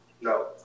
No